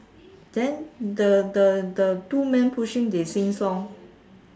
then the the the two men pushing they sing song